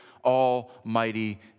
Almighty